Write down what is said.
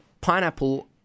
pineapple